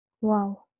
Wow